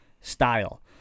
style